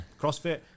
CrossFit